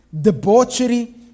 debauchery